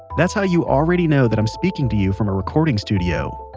that's how you already know that i'm speaking to you from a recording studio.